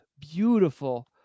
beautiful